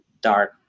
dark